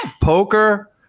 poker